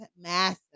massive